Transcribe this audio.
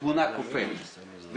התמונה קופצת.